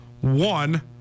One